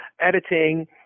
editing